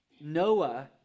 Noah